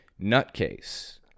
nutcase